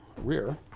rear